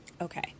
Okay